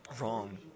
wrong